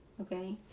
Okay